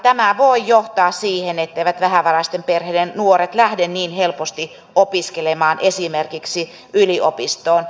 tämä voi johtaa siihen etteivät vähävaraisten perheiden nuoret lähde niin helposti opiskelemaan esimerkiksi yliopistoon